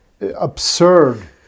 absurd